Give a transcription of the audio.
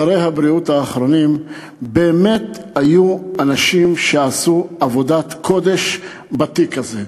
שרי הבריאות האחרונים באמת היו אנשים שעשו עבודת קודש בתיק הזה,